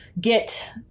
get